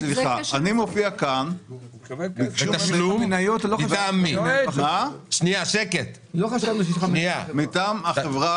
אני חושב שמיסוי של דיאט יעשה פעולה הפוכה